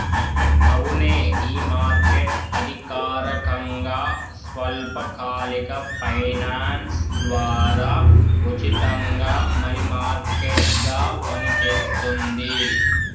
అవునే ఈ మార్కెట్ అధికారకంగా స్వల్పకాలిక ఫైనాన్స్ ద్వారా ఉచితంగా మనీ మార్కెట్ గా పనిచేస్తుంది